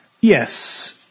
Yes